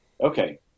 Okay